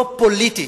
לא פוליטית.